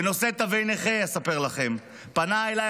בנושא תווי נכה אספר לכם: פנה אליי,